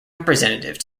representative